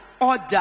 order